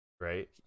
Right